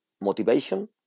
motivation